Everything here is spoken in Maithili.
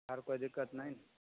आरो कोइ दिक्कत नहि ने